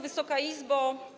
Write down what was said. Wysoka Izbo!